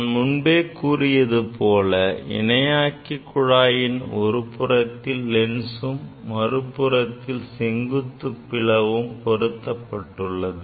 நான் முன்பே கூறியது போல இணையாக்கி குழாயின் ஒருபுறத்தில் லென்சும் மற்றொரு புறத்தில் செங்குத்து பிளவும் பொருத்தப்பட்டு உள்ளது